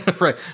Right